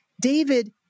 David